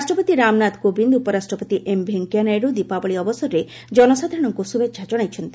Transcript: ରାଷ୍ଟ୍ରପତି ରାମନାଥ କୋବିନ୍ଦ ଉପରାଷ୍ଟ୍ରପତି ଏମ୍ ଭେଙ୍କୟାନାଇଡ଼ୁ ଦୀପାବଳି ଅବସରରେ ଜନସାଧାରଣଙ୍କୁ ଶୁଭେଚ୍ଛା ଜଣାଇଛନ୍ତି